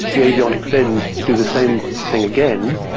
the avionics then do the same thing again,